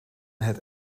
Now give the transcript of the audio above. het